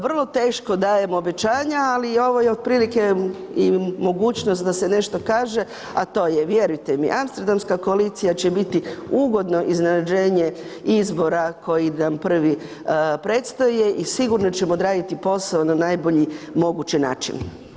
Vrlo teško dajem obećanja, ali ovo je otprilike i mogućnost da se nešto kaže, a to je vjerujte mi, Amsterdamska koalicija će biti ugodno iznenađenje izbora koji nam prvi predstoje i sigurno ćemo odraditi posao na najbolji mogući način.